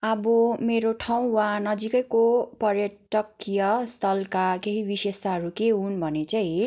अब मेरो ठाउँ वा नजिकैको पर्यटकीय स्थलका केही विशेषताहरू के हुन् भने चाहिँ